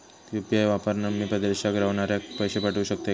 UPI वापरान मी परदेशाक रव्हनाऱ्याक पैशे पाठवु शकतय काय?